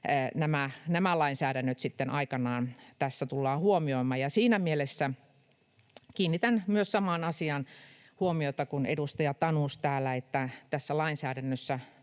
nämä lainsäädännöt sitten aikanaan tässä tullaan huomioimaan. Siinä mielessä kiinnitän myös samaan asiaan huomiota kuin edustaja Tanus täällä, että tässä lainsäädännössä